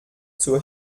zur